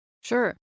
Sure